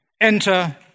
Enter